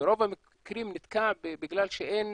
ברוב המקרים, נתקע בגלל שאין